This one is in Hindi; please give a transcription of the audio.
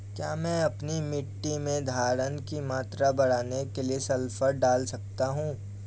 क्या मैं अपनी मिट्टी में धारण की मात्रा बढ़ाने के लिए सल्फर डाल सकता हूँ?